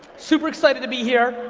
super excited to be here.